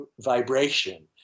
vibration